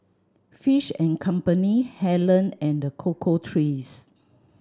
Fish and Company Helen and The Cocoa Trees